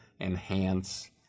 enhance